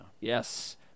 Yes